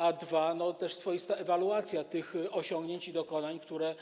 A dwa, to też swoista ewaluacja tych osiągnięć i dokonań, które